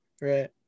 Right